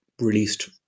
released